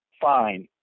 fine